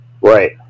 Right